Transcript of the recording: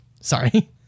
Sorry